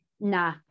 nah